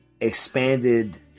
expanded